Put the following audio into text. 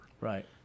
Right